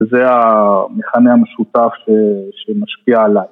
וזה המכנה המשותף שמשפיע עליי